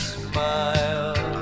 smile